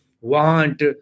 want